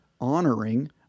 honoring